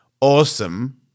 awesome